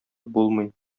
булмый